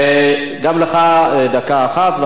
גם לך דקה אחת.